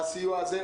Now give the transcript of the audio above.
הסיוע הזה.